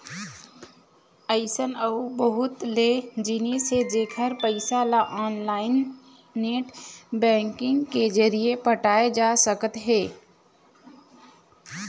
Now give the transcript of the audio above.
अइसन अउ बहुत ले जिनिस हे जेखर पइसा ल ऑनलाईन नेट बैंकिंग के जरिए पटाए जा सकत हे